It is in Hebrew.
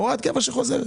הוראת קבע שחוזרת,